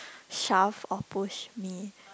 shove or push me